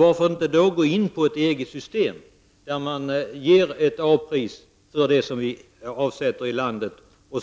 Varför inte då använda ett EG-system med ett A-pris för det vi avsätter i landet och